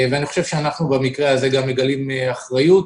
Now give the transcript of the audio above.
אני חושב שאנחנו במקרה הזה גם מגלים אחריות,